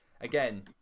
again